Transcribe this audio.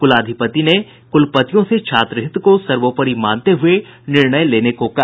कुलाधिपति ने कुलपतियों से छात्र हित को सर्वोपरि मानते हुये निर्णय लेने को कहा